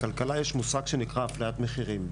בכלכלה יש מושג שנקרא "אפליית מחירים".